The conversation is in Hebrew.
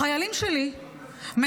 החיילים שלי מנצחים